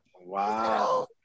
wow